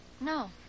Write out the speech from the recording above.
No